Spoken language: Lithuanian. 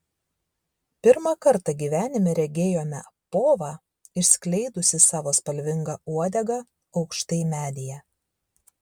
pirmą kartą gyvenime regėjome povą išskleidusį savo spalvingą uodegą aukštai medyje